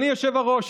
ואדוני היושב-ראש,